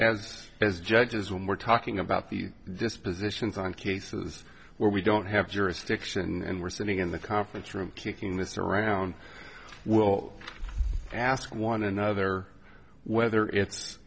as judges when we're talking about the dispositions on cases where we don't have jurisdiction and we're sitting in the conference room kicking this around well ask one another whether it's